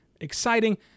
exciting